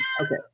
Okay